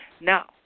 Now